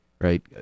right